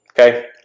Okay